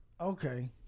Okay